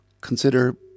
consider